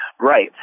Right